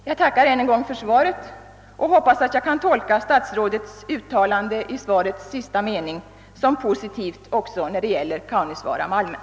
Jag tackar än en gång för svaret och hoppas att jag kan tolka statsrådets uttalande i svarets sista mening som positivt även vad det gäller kaunisvaaramalmen.